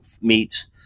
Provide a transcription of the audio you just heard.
meats